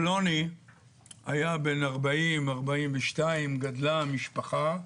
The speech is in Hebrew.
פלוני היה בן 40, 42. גדלה המשפחה,